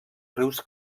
rius